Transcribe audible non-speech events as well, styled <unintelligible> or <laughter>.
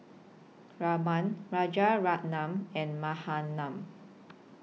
Raman Rajaratnam and <unintelligible>